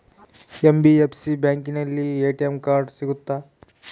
NBFC ಬ್ಯಾಂಕಿನಲ್ಲಿ ATM card ಸಿಗುತ್ತಾ?